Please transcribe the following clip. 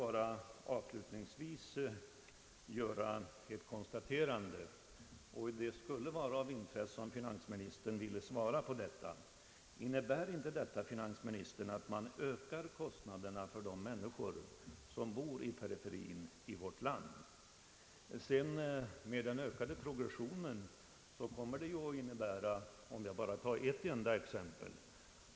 Avslutningsvis vill jag ställa en fråga som det vore intressant att få höra finansministerns svar på. Innebär inte det förslag vi diskuterar att kostnaderna ökas för de människor som bor i periferin av vårt land? Beträffande konsekvenserna av progressionen i detta sammanhang vill jag bara nämna ett exempel.